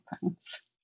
pounds